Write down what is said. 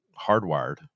hardwired